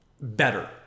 better